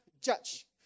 judge